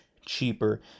cheaper